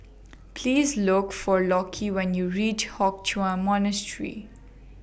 Please Look For Lockie when YOU REACH Hock Chuan Monastery